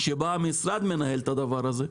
שבה המשרד מנהל את הדבר הזה,